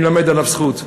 אני אלמד עליו זכות: